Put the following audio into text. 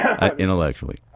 intellectually